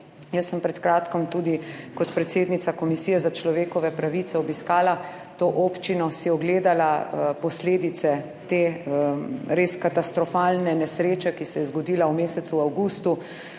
Jaz sem pred kratkim tudi kot predsednica Komisije za človekove pravice obiskala to občino, si ogledala posledice te res katastrofalne nesreče, ki se je zgodila v mesecu avgustu,